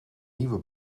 nieuwe